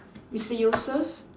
Mister Yusoff